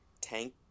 tank